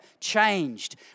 changed